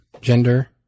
gender